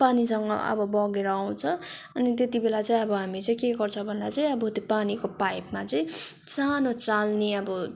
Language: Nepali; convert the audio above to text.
पानीसँग अब बगेर आउँछ अनि त्यति बेला चाहिँ अब हामी चाहिँ के गर्छ भन्दा चाहिँ अब त्यो पानीको पाइपमा चाहिँ सानो चाल्नी अब